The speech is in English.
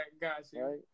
gotcha